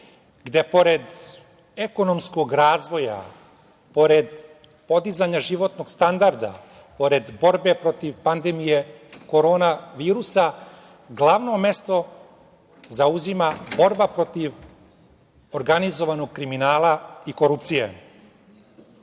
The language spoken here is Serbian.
gde pored ekonomskog razvoja, pored podizanja životnog standarda, pored borbe protiv pandemije korona virusa glavno mesto zauzima borba protiv organizovanog kriminala i korupcije.U